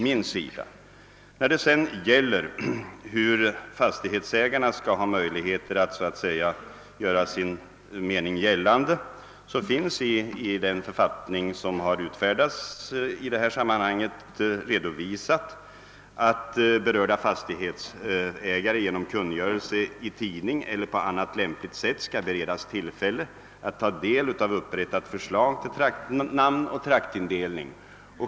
Vad sedan beträffar hur fastighetsägarna skall kunna göra sin mening gällande finns det i den författning, som har utfärdats i detta sammanhang, redovisat att berörda fastighetsägare genom kungörelse i tidning eller på annat lämpligt sätt skall beredas tillfälle att ta del av upprättat förslag till traktnamn och traktindelning.